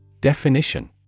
Definition